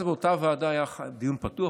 אז באותה ועדה היה דיון פתוח,